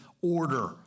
order